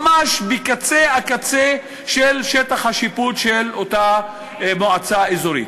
ממש בקצה הקצה של שטח השיפוט של אותה מועצה אזורית,